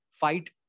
fight